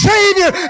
Savior